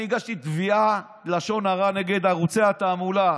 אני הגשתי תביעת לשון הרע נגד ערוצי התעמולה,